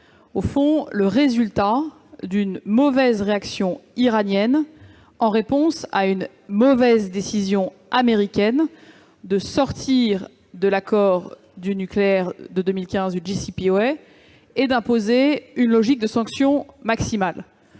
au fond, le résultat d'une mauvaise réaction iranienne à une mauvaise décision américaine de sortir de l'accord sur le nucléaire de 2015, le JCPoA, et d'imposer une logique de sanction maximale.